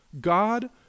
God